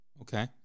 Okay